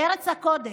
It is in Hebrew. בארץ הקודש.